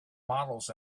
models